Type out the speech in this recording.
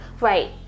Right